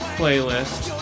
playlist